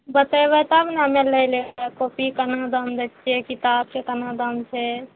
बतेबै तब ने हमे लै ले अएबै कॉपी कोना दाम दै छिए किताबके कोना दाम छै